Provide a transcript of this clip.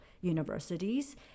universities